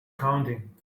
counting